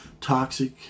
toxic